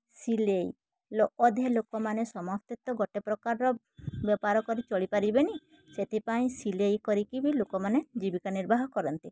ସିଲେଇ ଲୋ ଅଧେ ଲୋକମାନେ ସମସ୍ତେ ତ ଗୋଟେ ପ୍ରକାରର ବେପାର କରି ଚଳି ପାରିବେନି ସେଥିପାଇଁ ସିଲେଇ କରିକି ବି ଲୋକମାନେ ଜୀବିକା ନିର୍ବାହ କରନ୍ତି